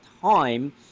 time